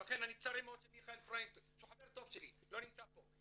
לכן צר לי מאוד שמיכאל פרוינט שהוא חבר טוב שלי לא נמצא פה.